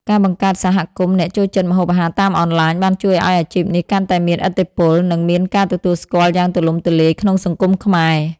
ការបង្កើតសហគមន៍អ្នកចូលចិត្តម្ហូបអាហារតាមអនឡាញ បានជួយឱ្យអាជីពនេះកាន់តែមានឥទ្ធិពល និងមានការទទួលស្គាល់យ៉ាងទូលំទូលាយក្នុងសង្គមខ្មែរ។